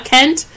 Kent